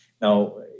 Now